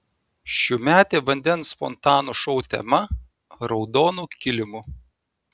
šiųmetė vandens fontanų šou tema raudonu kilimu